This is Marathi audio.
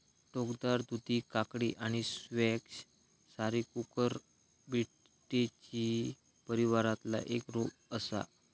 टोकदार दुधी काकडी आणि स्क्वॅश सारी कुकुरबिटेसी परिवारातला एक रोप असा